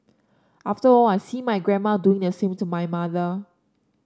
after all I see my grandma doing the same to my mother